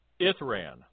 Ithran